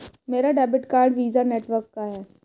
मेरा debit card Visa network का है